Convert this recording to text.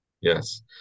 yes